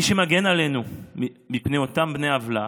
מי שמגן עלינו מפני אותם בני עוולה